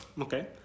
Okay